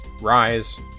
Rise